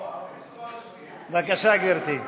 בבקשה, גברתי.